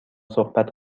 صحبت